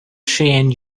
shane